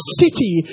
city